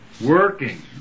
working